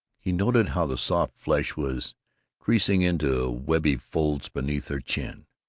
he noted how the soft flesh was creasing into webby folds beneath her chin,